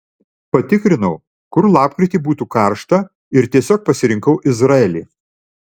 patikrinau kur lapkritį būtų karšta ir tiesiog pasirinkau izraelį